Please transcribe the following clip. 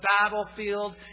battlefield